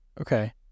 Okay